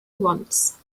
once